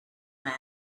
man